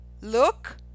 look